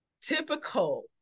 typical